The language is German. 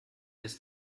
ist